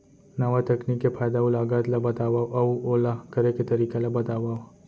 नवा तकनीक के फायदा अऊ लागत ला बतावव अऊ ओला करे के तरीका ला बतावव?